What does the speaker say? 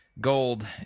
gold